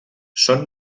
són